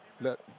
let